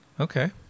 Okay